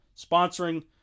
sponsoring